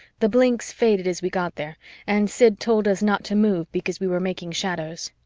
the blinks faded as we got there and sid told us not to move because we were making shadows.